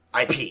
IP